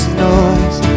noise